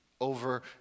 over